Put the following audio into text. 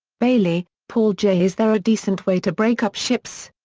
bailey, paul j. is there a decent way to break up ships.